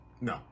No